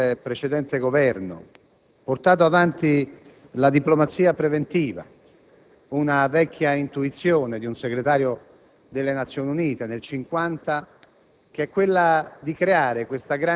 casualmente il precedente Governo ha portato avanti la diplomazia preventiva, vecchia intuizione di un Segretario delle Nazioni Unite negli